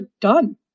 done